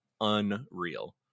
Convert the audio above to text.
unreal